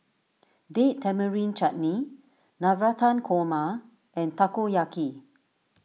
Date Tamarind Chutney Navratan Korma and Takoyaki